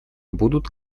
будут